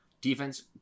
defense